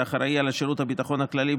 שאחראי לשירות הביטחון הכללי,